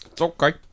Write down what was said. okay